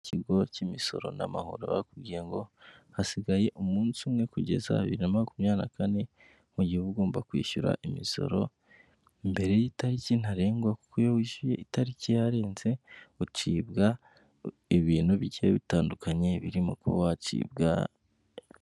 Ikigo cy'imisoro n'amahoro bakubwiye ngo hasigaye umunsi umwe kugeza bibiri na makumyabiri na kane mu gihe ugomba kwishyura imisoro mbere y'itariki ntarengwa ku iyo wishyuye, itariki yarenze ucibwa ibintu bigiye bitandukanye birimo kuba wacibwa.